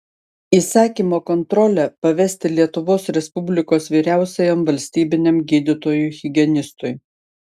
įsakymo kontrolę pavesti lietuvos respublikos vyriausiajam valstybiniam gydytojui higienistui